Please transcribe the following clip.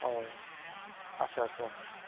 औ औ आदसा आदसा आदसा